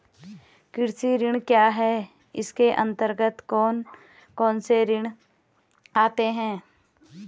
कृषि ऋण क्या है इसके अन्तर्गत कौन कौनसे ऋण आते हैं?